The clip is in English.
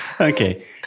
Okay